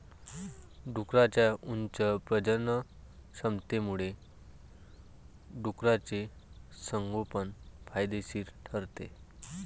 डुकरांच्या उच्च प्रजननक्षमतेमुळे डुकराचे संगोपन फायदेशीर ठरते